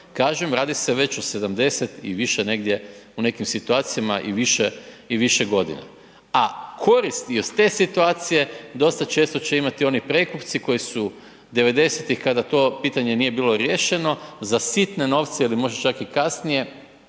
Kažem, radi se već o 70 i više negdje, u nekim situacijama i više i više godina. A koristi iz te situacije dosta često će imati oni prekupci koji su 90-tih kada to pitanje nije bilo riješeno za sitne novce ili možda čak i kasnije